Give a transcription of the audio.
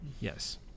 Yes